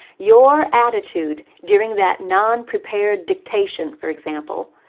your attitude during that non-prepared dictation, for example,